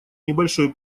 небольшой